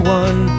one